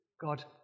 God